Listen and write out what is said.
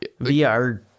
vr